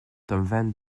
tome